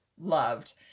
loved